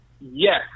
Yes